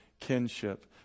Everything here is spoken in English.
kinship